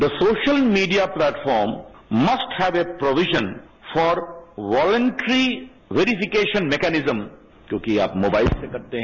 the social media platform must have a provision for voluntary verification mechanism क्योंकि आप mobile से करते हैं